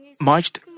marched